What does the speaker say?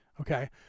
okay